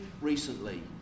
recently